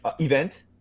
event